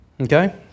Okay